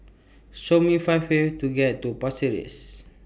Show Me five ways to get to Paris